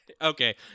Okay